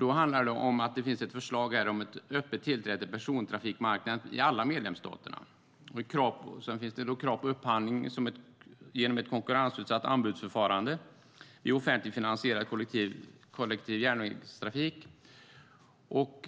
Då handlar det om ett förslag om öppet tillträde till persontrafikmarknaden i alla medlemsstater. Det finns också krav på upphandling genom ett konkurrensutsatt anbudsförfarande vid offentligt finansierad kollektiv järnvägstrafik.